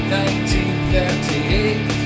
1938